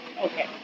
Okay